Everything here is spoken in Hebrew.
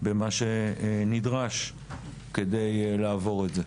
במה שנדרש כדי לעבור את זה.